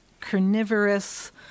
carnivorous